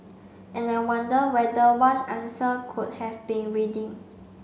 and I wonder whether one answer could have been reading